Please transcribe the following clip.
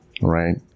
Right